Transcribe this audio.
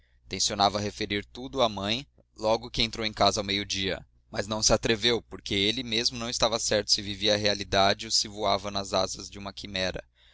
êxtase tencionava referir tudo à mãe logo que entrou em casa ao meio-dia mas não se atreveu porque ele mesmo não estava certo se vivia a realidade ou se voava nas asas de uma quimera